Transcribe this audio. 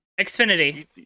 xfinity